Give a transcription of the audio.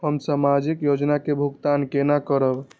हम सामाजिक योजना के भुगतान केना करब?